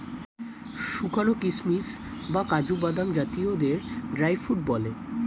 শুকানো কিশমিশ বা কাজু বাদাম জাতীয়দের ড্রাই ফ্রুট বলে